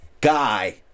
guy